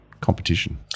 competition